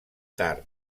tard